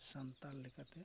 ᱥᱟᱶᱛᱟ ᱞᱮᱠᱟᱛᱮ